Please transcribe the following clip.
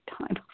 time